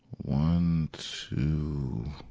one, two,